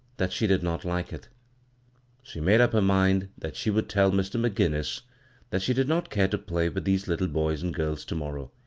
that she did not like it she made up her mind that she would tell mr. mcginnis that she did not care to play with these little boys and girls to-morrow.